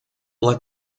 led